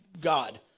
God